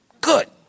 Good